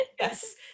yes